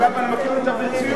אני מכיר את החוקה